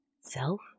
self